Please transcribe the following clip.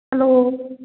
hello